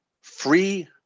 free